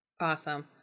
Awesome